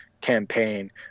campaign